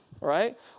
right